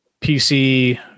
PC